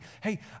hey